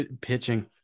Pitching